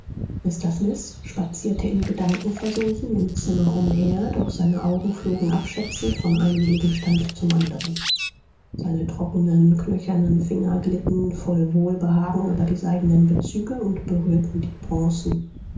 mr smith spazierte in gedanken versunken im zimmer umher doch seine augen flogen abschätzend von einem gegenstand zum anderen seine trockenen knöchernen finger glitten voll wohlbehagen über die seidenen bezüge und berührten die bronzen